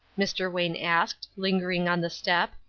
mr. wayne asked, lingering on the step,